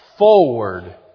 forward